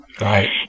Right